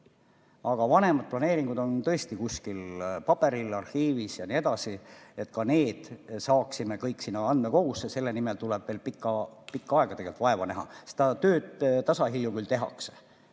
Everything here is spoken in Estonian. Aga vanemad planeeringud on tõesti kuskil paberil arhiivis ja nii edasi. Et me ka need saaksime kõik sinna andmekogusse, selle nimel tuleb veel pikka aega vaeva näha. Seda tööd tasahilju küll tehakse.